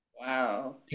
Wow